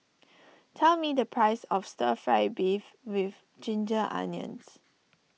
tell me the price of Stir Fry Beef with Ginger Onions